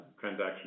transaction